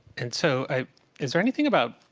and so, i is there anything about